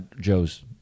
Joe's